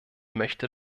möchte